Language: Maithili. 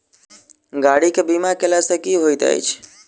गाड़ी केँ बीमा कैला सँ की होइत अछि?